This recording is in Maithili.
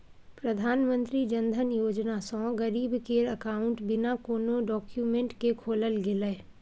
प्रधानमंत्री जनधन योजना सँ गरीब केर अकाउंट बिना कोनो डाक्यूमेंट केँ खोलल गेलै